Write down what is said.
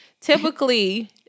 typically